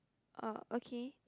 oh okay